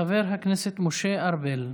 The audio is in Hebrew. חבר הכנסת משה ארבל.